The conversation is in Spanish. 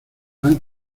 pan